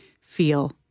feel